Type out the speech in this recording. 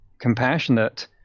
compassionate